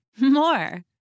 more